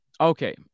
Okay